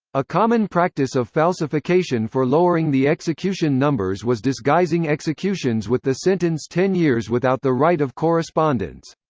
a common practice of falsification for lowering the execution numbers was disguising executions with the sentence ten years without the right of correspondence.